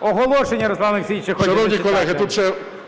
Оголошення Руслан